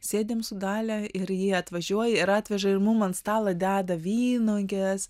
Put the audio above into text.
sėdim su dalia ir jie atvažiuoja ir atveža ir mum ant stalo deda vynuogės